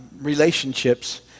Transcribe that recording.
relationships